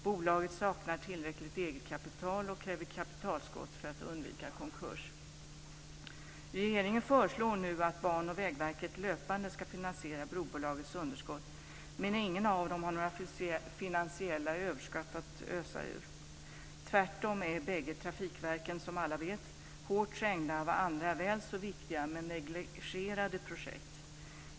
Bolaget saknar tillräckligt eget kapital och kräver kapitaltillskott för att undvika konkurs. Regeringen föreslår nu att Banverket och Vägverket löpande ska finansiera brobolagets underskott, men ingen av dem har några finansiella överskott att ösa ur. Tvärtom är bägge trafikverken, som alla vet, hårt trängda av andra väl så viktiga men negligerade projekt.